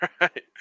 right